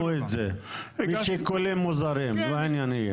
חסמו את זה משיקולים מוזרים, לא עניינים.